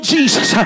Jesus